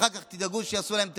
אחר כך תדאגו שיעשו להם טרור.